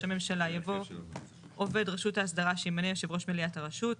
הממשלה" יבוא "עובד רשות ההסדרה שימנה יושב ראש מליאת הרשות".